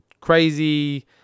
Crazy